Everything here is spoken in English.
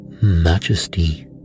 Majesty